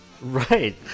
Right